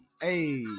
hey